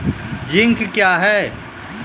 Zinc क्या हैं?